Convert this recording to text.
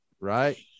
Right